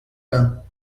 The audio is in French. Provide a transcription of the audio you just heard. bains